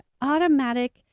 automatic